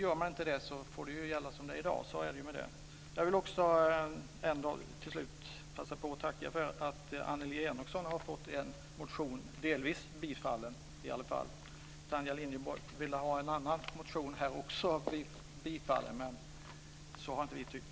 Gör man inte det, får det som gäller i dag gälla. Så är det ju med det. Jag vill till slut passa på att tacka för att Annelie Enochson har fått en motion delvis bifallen. Tanja Linderborg ville ha också en annan motion bifallen, men så har inte vi tyckt.